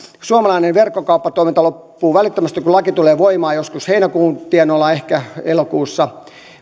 suomalainen verkkokauppatoiminta loppuu välittömästi kun laki tulee voimaan joskus heinäkuun tienoilla ehkä elokuussa